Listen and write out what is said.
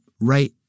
right